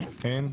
אין.